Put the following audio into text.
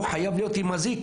הוא חייב להיות עם אזיק,